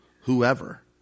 whoever